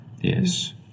yes